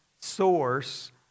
source